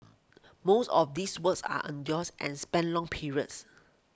most of these works are arduous and span long periods